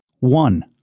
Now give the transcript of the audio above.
one